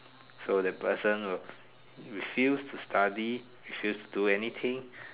so the person who refused to study refused to do anything